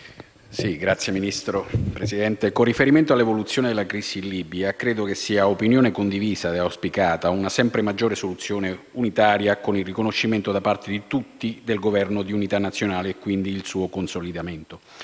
con riferimento all'evoluzione della crisi in Libia, credo sia un'opinione sempre più condivisa l'auspicio di una soluzione unitaria con il riconoscimento da parte di tutti del Governo di unità nazionale e quindi il suo consolidamento,